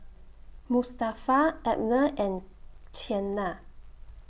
Mustafa Abner and Qiana